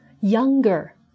Younger